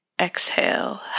exhale